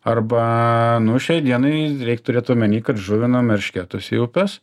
arba nu šiai dienai reik turėt omeny kad žuvinam eršketus į upes